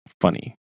funny